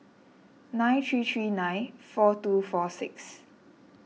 nine three three nine four two four six